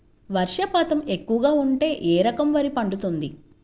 వర్షపాతం ఎక్కువగా ఉంటే ఏ రకం వరి పండుతుంది?